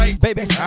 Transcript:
baby